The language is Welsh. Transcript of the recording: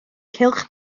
cylch